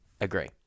Agree